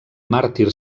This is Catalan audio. màrtir